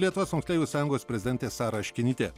lietuvos moksleivių sąjungos prezidentė sara aškinytė